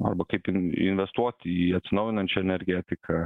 arba kaip investuoti į atsinaujinančią energetiką